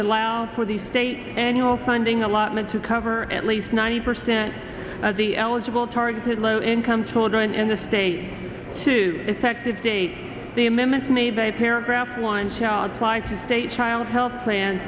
allow for the state annual funding allotment to cover at least ninety percent of the eligible targeted low income children in the state to effective date the amendment made by paragraph one child's life a state child health plan